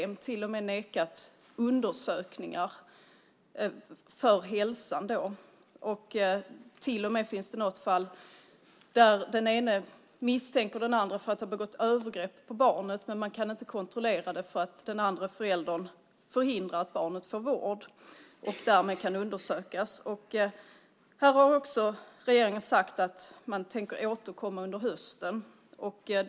Det kan till och med ha varit fråga om att neka till hälsoundersökningar. Det finns till och med något fall där den ena föräldern har haft misstankar mot den andra föräldern för att ha begått övergrepp mot barnet men det har inte kunnat kontrolleras eftersom den andra föräldern har förhindrat att barnet får vård och därmed kan undersökas. Här har också regeringen sagt att man tänker återkomma under hösten.